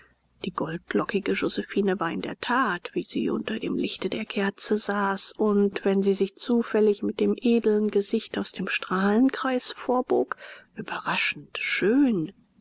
die goldlockige josephine war in der tat wie sie hinter dem lichte der kerze saß und wenn sie sich zufällig mit dem edeln gesicht aus dem strahlenkreis vorbog überraschend schön